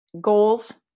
goals